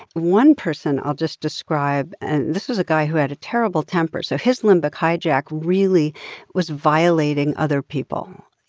one person i'll just describe and this was a guy who had a terrible temper, so his limbic hijack really was violating other people. you